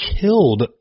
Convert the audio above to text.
killed